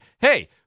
hey